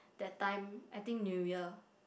that time I think New Year